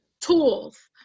tools